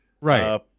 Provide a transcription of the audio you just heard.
Right